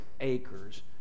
acres